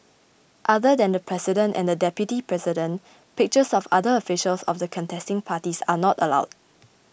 other than the president and the deputy president pictures of other officials of the contesting parties are not allowed